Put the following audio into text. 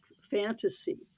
fantasy